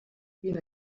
been